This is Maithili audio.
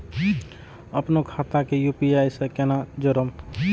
अपनो खाता के यू.पी.आई से केना जोरम?